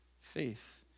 faith